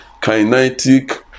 kinetic